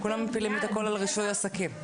כולם מפילים את הכול על רישוי עסקים.